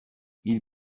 ils